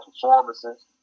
performances